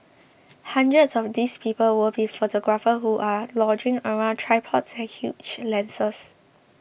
hundreds of these people will be photographers who are lugging around tripods and huge lenses